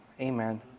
Amen